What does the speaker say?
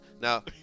Now